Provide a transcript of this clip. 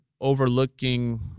overlooking